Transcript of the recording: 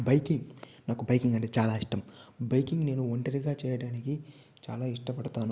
biking నాకు biking అంటే చాలా ఇష్టం బైకింగ్ నేను ఒంటరిగా చేయడానికి చాలా ఇష్టపడతాను